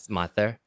Mother